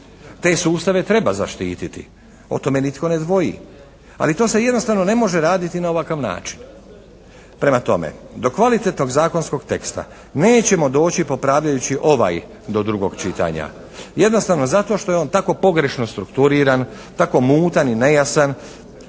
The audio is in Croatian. Te sustave treba zaštititi. O tome nitko ne dvoji. Ali to se jednostavno ne može raditi na ovakav način. Prema tome do kvalitetnog zakonskog teksta nećemo doći popravljajući ovaj do drugog čitanja. Jednostavno zato što je on tako pogrešno strukturiran, tako mutan i nejasan